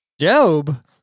Job